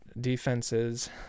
defenses